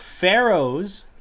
Pharaohs